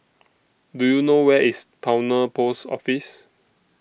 Do YOU know Where IS Towner Post Office